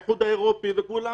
האיחוד האירופי וכולם,